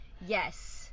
yes